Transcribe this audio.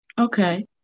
Okay